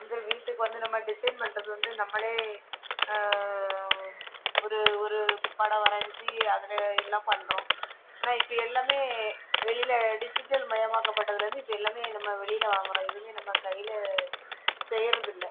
இது வீட்டுக்கு வந்து நம்ம டிஸைன் பண்ணுறது வந்து நம்மளே ஒரு ஒரு படம் வரைஞ்சி அதில் இதெலாம் பண்ணுறோம் ஆனால் இப்போ எல்லாம் வெளியில் டிஜிட்டல் மயம் ஆக்கப்பட்டதுலேர்ந்து இப்ப எல்லாம் நம்ம வெளியில் வாங்கிறோம் எதுவும் நம்ம கையில் செய்கிறது இல்லை